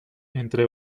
entre